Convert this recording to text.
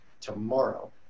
tomorrow